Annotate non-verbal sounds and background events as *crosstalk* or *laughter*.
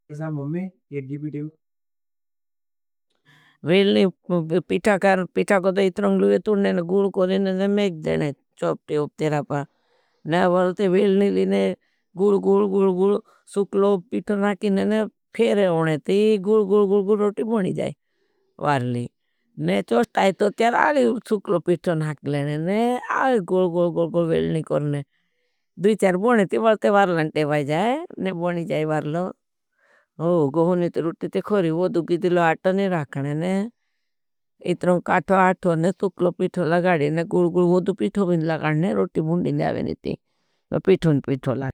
मम्मे, केट्जी पिठी मुझे पिठा करें। वेलनी पिठा करते हैं, पिठा करते हैं इतना गलूये तुन ने ने गुल करें ने ने मेग देने, चौपते उपते रापा। वेलनी ने गुल, गुल, गुल, गुल *hesitation* शुक्लो पिठा नाके ने ने फेरे होने ती गुल, गुल, गुल, गुल, रोटी बुनी जाए वारली। चौस्ट आयतो तेराली शुक्लो पिठा नाके ने ने आले गुल, गुल, गुल, गुल *hesitation* वेलनी कर ने। दुई चार बुने ती बलते वारलांटे बाई जाए ने बुनी जाए वारलो। गुहनी ती रोटी ते खोरी वोदू गिदिलो आटनी राखने ने। काथो आथो ने शुक्लो पिठा लगाड़े ने गुल, गुल *hesitation* वोदू पिठा भी लगाड़े ने रोटी बुनी जाए वेलनी ती ने पिठों पिठों लागे।